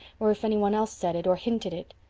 or if any one else said it or hinted it.